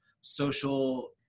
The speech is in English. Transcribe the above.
social